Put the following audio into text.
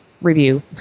review